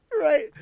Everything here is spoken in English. Right